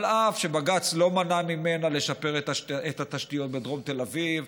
אף שבג"ץ לא מנע ממנה לשפר את התשתיות בדרום תל אביב,